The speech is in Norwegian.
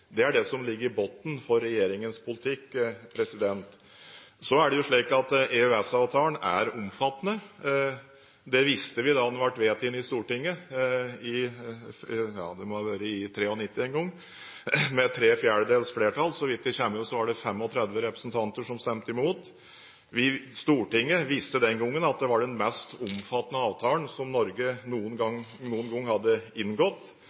Det er det som ligger i bunnen for regjeringens politikk. Så er det slik at EØS-avtalen er omfattende. Det visste vi da den ble vedtatt i Stortinget – det må vel ha vært i 1993 en gang – med tre fjerdedels flertall. Så vidt jeg husker, var det 35 representanter som stemte imot. Stortinget visste den gangen at det var den mest omfattende avtalen Norge noen gang hadde inngått.